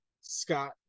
Scott